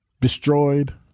destroyed